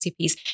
piece